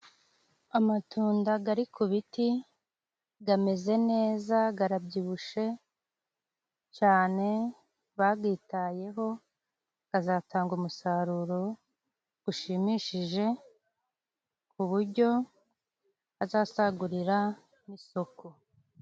Amatunda gari ku biti gameze neze garabyibushe cyane bagitayeho, gazatanga umusaruro ushimishije ku bujyo azasagurira n'isoko.